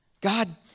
God